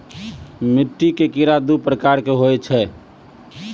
मिट्टी के कीड़ा दू प्रकार के होय छै